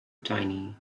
tiny